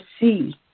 see